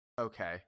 Okay